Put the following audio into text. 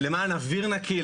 למען אוויר נקי,